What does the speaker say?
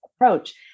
approach